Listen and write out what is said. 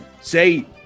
say